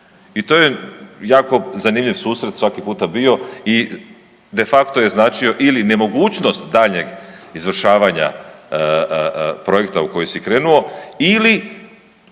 I to je jako zanimljiv susret svaki puta bio i de facto je značio ili nemogućnost daljnjeg izvršavanja projekta u koji si krenuo ili